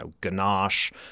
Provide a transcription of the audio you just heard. ganache